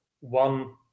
one